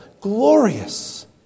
Glorious